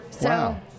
Wow